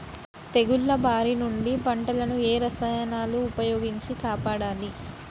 తెగుళ్ల బారి నుంచి పంటలను ఏ రసాయనాలను ఉపయోగించి కాపాడాలి?